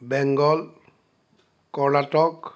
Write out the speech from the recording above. Bengal Karnataka